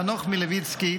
חנוך מלביצקי,